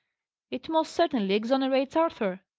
it most certainly exonerates arthur.